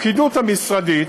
הפקידות המשרדית,